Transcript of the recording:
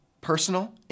personal